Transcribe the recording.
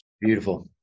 Beautiful